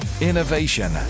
innovation